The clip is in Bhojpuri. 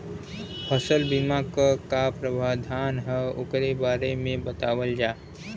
फसल बीमा क का प्रावधान हैं वोकरे बारे में बतावल जा?